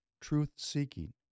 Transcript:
truth-seeking